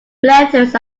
planters